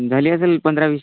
झाली असेल पंधरा वीस